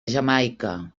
jamaica